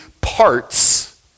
parts